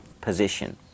position